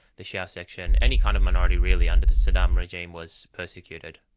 the shia section. any kind of minority really under the saddam regime was persecuted.